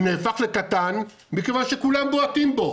הוא נהפך לקטן מכיוון שכולם בועטים בו,